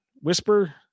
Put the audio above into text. Whisper